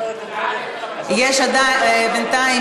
בינתיים,